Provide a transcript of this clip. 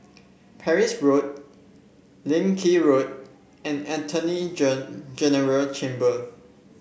Parsi Road Leng Kee Road and Attorney General's Chamber